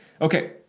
Okay